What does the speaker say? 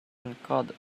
encode